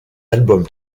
albums